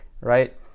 right